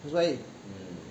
that's why